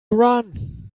run